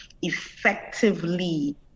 effectively